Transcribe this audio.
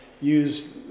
use